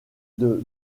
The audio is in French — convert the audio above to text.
des